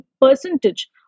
percentage